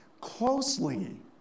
closely